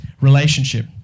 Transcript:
relationship